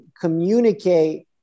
communicate